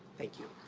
thank you.